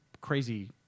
crazy